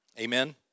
Amen